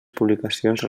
publicacions